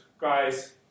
guys